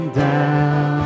down